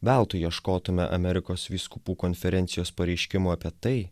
veltui ieškotume amerikos vyskupų konferencijos pareiškimo apie tai